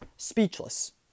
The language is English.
Speechless